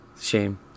shame